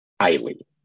Highly